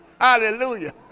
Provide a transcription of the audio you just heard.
Hallelujah